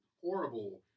horrible